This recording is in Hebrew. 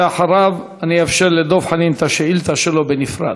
ואחריה אאפשר לדב חנין את השאילתה שלו בנפרד.